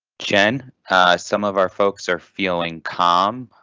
jen some of our folks are feeling calm.